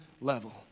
level